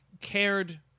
cared